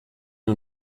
ihn